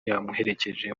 yamuherekeje